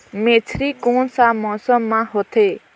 मेझरी कोन सा मौसम मां होथे?